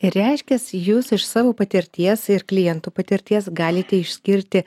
reiškias jūs iš savo patirties ir klientų patirties galite išskirti